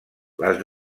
les